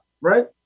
right